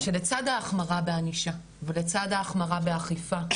שלצד ההחמרה בענישה ולצד ההחמרה באכיפה,